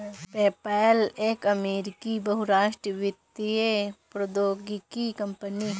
PayPal एक अमेरिकी बहुराष्ट्रीय वित्तीय प्रौद्योगिकी कंपनी है